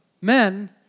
men